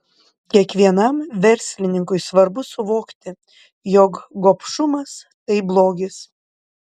kiekvienam verslininkui svarbu suvokti jog gobšumas tai blogis